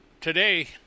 today